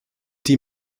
die